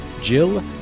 Jill